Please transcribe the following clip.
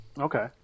Okay